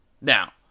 Now